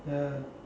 ya